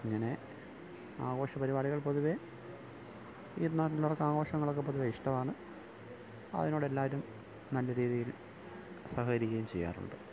ഇങ്ങനെ ആഘോഷ പരിപാടികൾ പൊതുവെ ഈ നാട്ടിലുള്ളവർക്ക് ആഘോഷങ്ങളൊക്കെ പൊതുവെ ഇഷ്ടമാണ് അതിനോട് എല്ലാവരും നല്ല രീതിയിൽ സഹകരിക്കുകയും ചെയ്യാറുണ്ട്